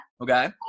Okay